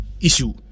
issue